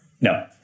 No